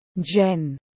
Jen